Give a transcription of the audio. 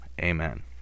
amen